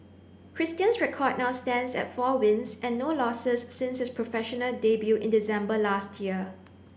Christian's record now stands at four wins and no losses since his professional debut in December last year